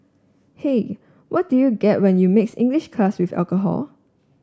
hey what do you get when you mix English class with alcohol